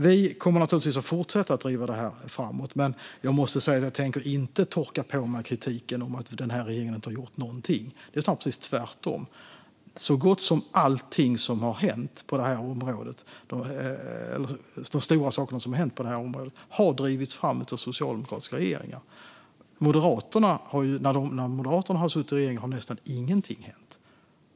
Vi kommer naturligtvis att fortsätta driva detta framåt, men jag måste säga att jag inte tänker ta till mig av kritiken att den här regeringen inte har gjort någonting. Det är snarare precis tvärtom: så gott som allting som har hänt på det här området, i alla fall de stora sakerna, har drivits fram av socialdemokratiska regeringar. När Moderaterna har suttit i regering har nästan ingenting hänt.